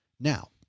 Now